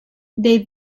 they